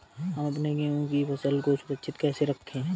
हम अपने गेहूँ की फसल को सुरक्षित कैसे रखें?